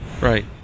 Right